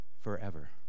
forever